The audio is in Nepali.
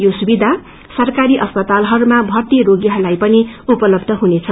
यो सुविधा सरकारी अस्पातालहरूमा भर्ती रोगीहरूलाई पनि उपलब्य हुनेछ